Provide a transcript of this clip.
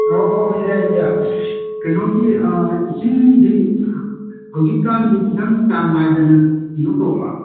ꯑꯣ ꯑꯣ ꯌꯥ ꯌꯥ ꯀꯩꯅꯣꯒꯤ ꯏꯁꯤꯡꯗꯤ ꯍꯧꯖꯤꯛꯀꯥꯟꯗꯤ ꯈꯤꯇꯪ ꯆꯥꯡ ꯅꯥꯏꯗꯅ ꯀꯩꯅꯣ ꯇꯧꯕ